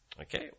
Okay